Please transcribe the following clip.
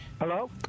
Hello